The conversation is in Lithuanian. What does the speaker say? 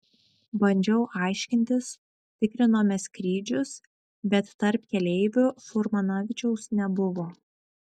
bandžiau aiškintis tikrinome skrydžius bet tarp keleivių furmanavičiaus nebuvo